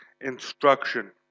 instruction